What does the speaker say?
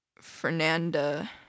Fernanda